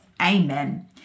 Amen